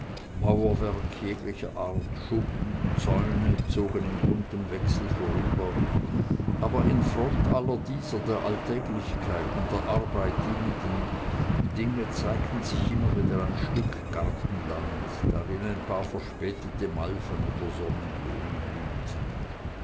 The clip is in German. mauerwerk jeglicher art schuppen zäune zogen in buntem wechsel vorüber aber in front aller dieser der alltäglichkeit und der arbeit dienenden dinge zeigte sich immer wieder ein stück gartenland darin ein paar verspätete malven oder sonnenblumen blühten